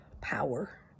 power